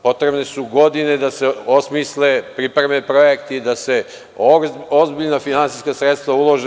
Potrebne su godine da se osmisle, da se pripreme projekti, da se ozbiljna finansijska sredstva ulože.